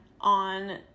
on